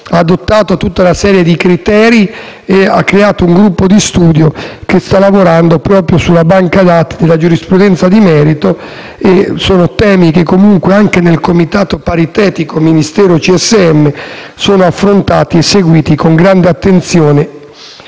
ha adottato tutta una serie di criteri e ha creato un gruppo di studio che sta lavorando proprio sulla banca dati della giurisprudenza di merito. Sono temi che comunque anche nel comitato paritetico Ministero-CSM sono affrontati e seguiti con grande attenzione,